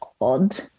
odd